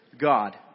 God